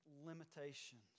limitations